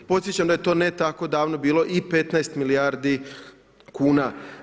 Podsjećam da je to ne tako davno bilo i 15 milijardi kuna.